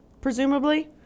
Presumably